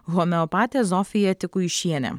homeopatė zofija tikuišienė